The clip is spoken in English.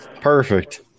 Perfect